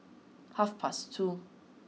half past two